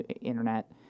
internet